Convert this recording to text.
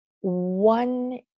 One